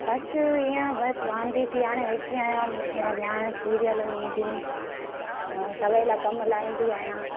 बसि ईअं बसि वांदी थी हाणे वेठी आहियां ॼाण सीरियल इंदियूं अ सवेल कम लाहींदी आहियां